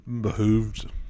Behooved